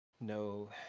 No